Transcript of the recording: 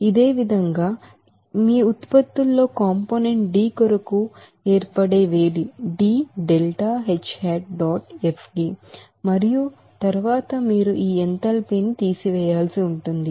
అదేవిధంగా మీ ఉత్పత్తుల్లో కాంపోనెంట్ d కొరకు ఏర్పడే వేడిమి మరియు తరువాత మీరు ఈ ఎంథాల్పీని తీసివేయాల్సి ఉంటుంది